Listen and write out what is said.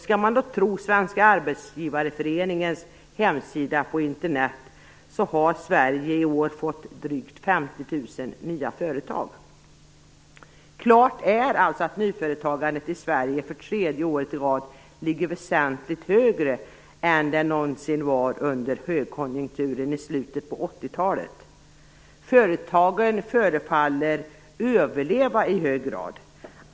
Skall man tro Svenska Arbetsgivareföreningens hemsida på Internet har Sverige i år fått drygt 50 000 nya företag. Klart är att nyföretagandet i Sverige för tredje året i rad ligger väsentligt högre än det någonsin gjorde under högkonjunkturen i slutet på 1980-talet. Företagen förefaller överleva i hög grad.